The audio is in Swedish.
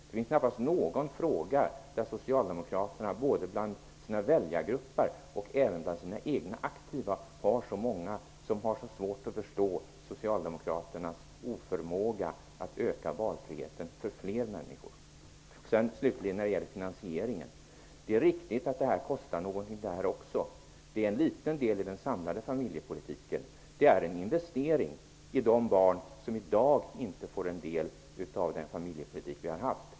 Det finns knappast någon fråga där socialdemokraterna, både bland sina väljargrupper och bland sina egna aktiva, har så många som har så svårt att förstå socialdemokraternas oförmåga att öka valfriheten för fler människor. Slutligen, när det gäller finansieringen: Det är riktigt att också detta kostar något. Det är en liten del i den samlade familjepolitiken. Det är en investering i de barn som i dag inte får del av den familjepolitik vi har haft.